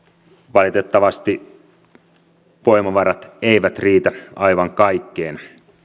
valitettavasti voimavarat eivät riitä aivan kaikkeen